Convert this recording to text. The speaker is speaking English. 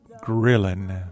grilling